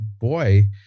boy